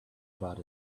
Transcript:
about